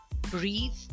breathe